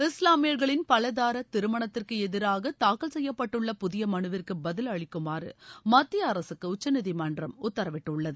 இஸ்லாமியர்களின் பல தார திருமணத்திற்கு எதிராக தாக்கல் செய்யப்பட்டுள்ள புதிய மனுவிற்கு பதில் அளிக்குமாறு மத்திய அரசுக்கு உச்சநீதிமன்றம் உத்தரவிட்டுள்ளது